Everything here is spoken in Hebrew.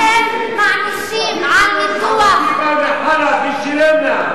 האם מענישים על ניתוח, באה מחאלב, מי שילם לה?